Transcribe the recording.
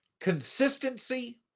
consistency